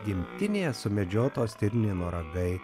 gimtinėje sumedžioto stirnino ragai